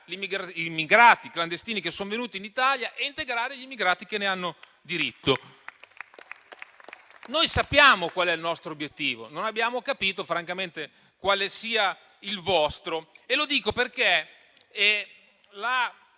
immigrati clandestini che sono venuti in Italia e integrare gli immigrati che ne hanno diritto. Noi sappiamo qual è il nostro obiettivo. Non abbiamo capito francamente quale sia il vostro. E lo dico perché è